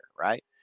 right